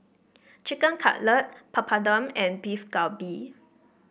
Chicken Cutlet Papadum and Beef Galbi